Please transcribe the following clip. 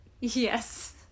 Yes